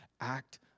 Act